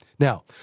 Now